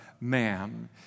man